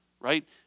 Right